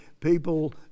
people